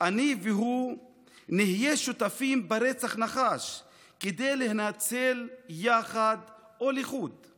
/ אני והוא // נהיה שותפים ברצח נחש / כדי להינצל יחד / או לחוד //